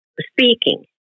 speaking